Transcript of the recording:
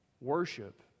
Worship